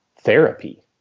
therapy